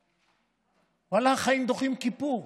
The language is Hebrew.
ואללה, החיים דוחים כיפור.